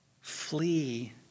Flee